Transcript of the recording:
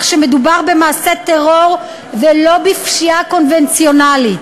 שמדובר במעשה טרור ולא בפשיעה קונבנציונלית.